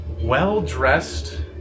well-dressed